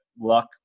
luck